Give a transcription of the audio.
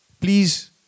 please